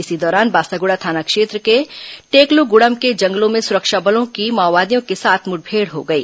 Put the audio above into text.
इसी दौरान बासागुड़ा थाना क्षेत्र के टेकलुगुड़म के जंगलों में सुरक्षा बलों की माओवादियों के साथ मुठभेड़ हो गई